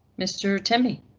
mr timmy